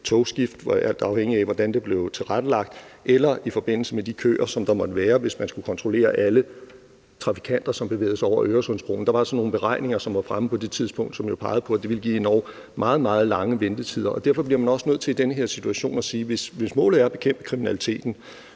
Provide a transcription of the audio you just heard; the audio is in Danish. togskift – alt afhængigt af hvordan det blev tilrettelagt – eller i forbindelse med de køer, der måtte være, hvis man skulle kontrollere alle trafikanter, som bevægede sig over Øresundsbroen. Der var nogle beregninger, som var fremme på det tidspunkt, som jo pegede på, at det ville give endog meget, meget lange ventetider, og derfor bliver man også nødt til i den her situation at sige, at hvis målet er at bekæmpe den